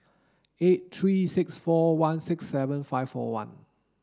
eight three six four one six seven five four one